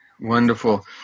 Wonderful